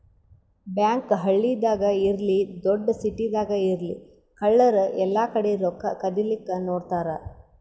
bank ಹಳ್ಳಿದಾಗ್ ಇರ್ಲಿ ದೊಡ್ಡ್ ಸಿಟಿದಾಗ್ ಇರ್ಲಿ ಕಳ್ಳರ್ ಎಲ್ಲಾಕಡಿ ರೊಕ್ಕಾ ಕದಿಲಿಕ್ಕ್ ನೋಡ್ತಾರ್